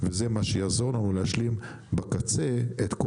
וזה מה שיעזור לנו להשלים בקצה את כל